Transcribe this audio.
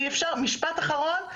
משפט אחרון,